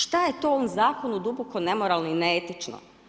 Što je to u ovom zakonu duboko nemoralno i neetično?